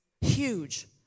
huge